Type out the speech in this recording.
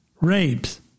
rapes